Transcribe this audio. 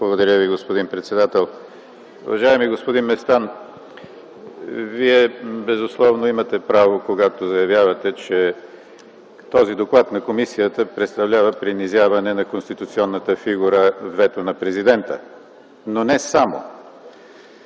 Благодаря Ви, господин председател. Уважаеми господин Местан, Вие безусловно имате право, когато заявявате, че този доклад на комисията представлява принизяване на конституционната фигура – вето на Президента, но не само.